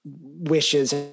wishes